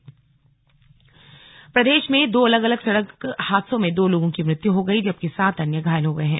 slug दुर्घटना प्रदेश में दो अलग अलग सड़क हादसों में दो लोगों की मृत्यु हो गई जबकि सात अन्य घायल हो गए हैं